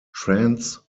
trans